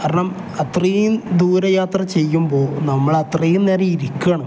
കാരണം അത്രയും ദൂരെ യാത്ര ചെയ്യുമ്പോൾ നമ്മൾ അത്രയും നേരം ഇരിക്കണം